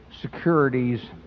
securities